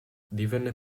divenne